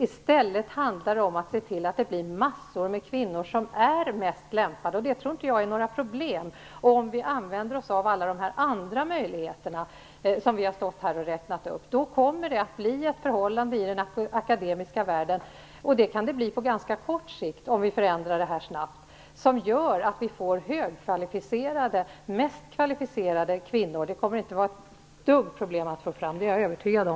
I stället handlar det om att se till att det blir massor av kvinnor som är mest lämpade. Jag tror inte att det är några problem om vi använder oss av alla de andra möjligheter som vi har räknat upp. Då kommer det att bli ett förhållande i den akademiska världen - det kan det bli på ganska kort sikt om vi förändrar snabbt - som gör att vi får högkvalificerade kvinnor och att de blir de mest kvalificerade. Det kommer inte alls att vara några problem. Det är jag övertygad om.